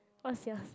what's yours